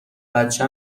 بچه